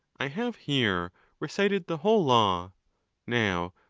i have here recited the whole law now,